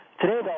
Today